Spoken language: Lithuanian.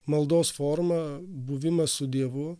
maldos forma buvimas su dievu